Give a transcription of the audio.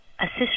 assist